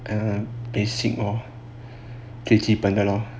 ya lah basic lah 最基本的 lor